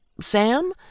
sam